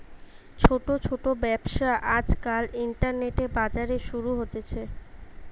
ছোট ছোট ব্যবসা আজকাল ইন্টারনেটে, বাজারে শুরু হতিছে